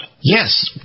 Yes